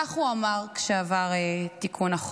כך הוא אמר כשעבר תיקון החוק: